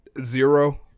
zero